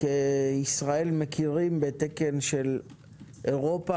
ישראל מכירה בתקן של אירופה,